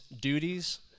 duties